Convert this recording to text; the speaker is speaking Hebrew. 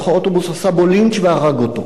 הקהל בתוך האוטובוס עשה בו לינץ' והרג אותו,